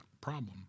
problem